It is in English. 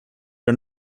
are